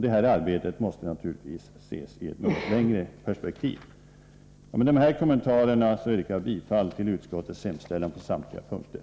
Detta arbete måste naturligtvis ses i ett något längre perspektiv. Med dessa kommentarer yrkar jag bifall till utskottets hemställan på samtliga punkter.